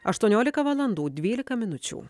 aštuoniolika valandų dvylika minučių